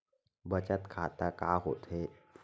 बचत खाता का होथे?